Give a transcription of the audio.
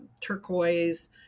turquoise